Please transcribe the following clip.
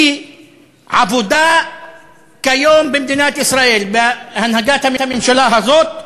כי עבודה כיום במדינת ישראל, בהנהגת הממשלה הזאת,